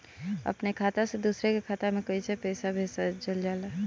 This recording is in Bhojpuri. अपने खाता से दूसरे के खाता में कईसे पैसा भेजल जाला?